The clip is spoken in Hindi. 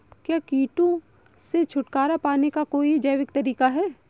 क्या कीटों से छुटकारा पाने का कोई जैविक तरीका है?